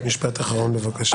משפט אחרון בבקשה.